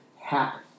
happen